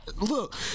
Look